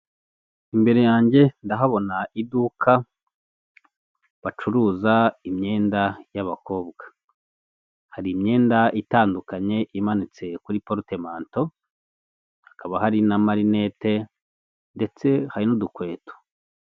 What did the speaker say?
Imbere yanjye ndahabona iduka bacuruza imyenda y'abakobwa hari imyenda itandukanye imanitse kuri porutemanto hakaba hari n'amarinete ndetse hari n'udukweto.